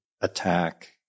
attack